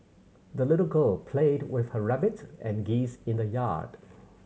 the little girl played with her rabbit and geese in the yard